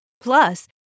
Plus